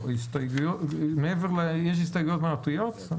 יש הסתייגויות מהותיות?